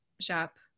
shop